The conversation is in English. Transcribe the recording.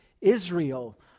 Israel